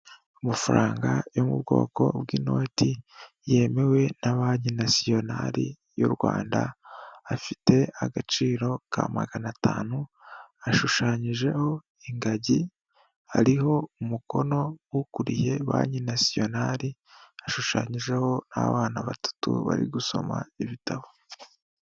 Amafaranga yo mu bwoko bw'inoti yemewe na banki nasiyonari y'u Rwanda, afite agaciro ka magana atanu, ashushanyijeho ingagi, hariho umukono w'ukuriye banki nasiyonari, hashushanyijeho n'abana batatu bari gusoma ibitabo.